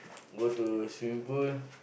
go to swimming pool